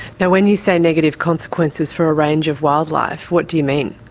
now, when you say negative consequences for a range of wildlife, what do you mean?